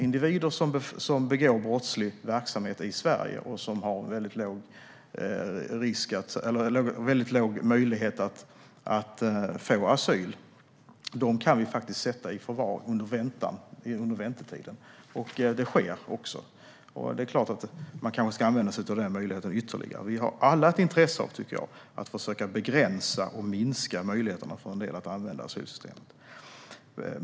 Individer som ägnar sig åt brottslig verksamhet i Sverige och har väldigt liten möjlighet att få asyl kan vi faktiskt sätta i förvar under väntetiden. Det sker också, men man kanske ska använda sig av den möjligheten ytterligare. Vi har alla ett intresse av att försöka begränsa och minska möjligheterna att missbruka asylsystemet.